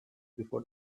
before